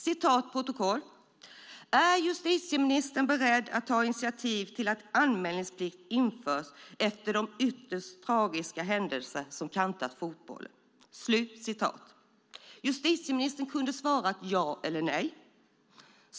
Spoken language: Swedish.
Jag frågade om justitieministern är beredd att ta initiativ till att anmälningsplikt införs efter de ytterst tragiska händelser som har kantat fotbollen. Justitieministern kunde ha svarat ja eller nej.